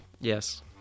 Yes